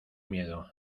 miedo